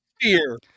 fear